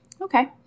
okay